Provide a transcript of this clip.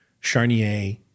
Charnier